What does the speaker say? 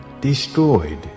destroyed